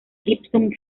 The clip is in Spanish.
gibson